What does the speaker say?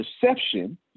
perception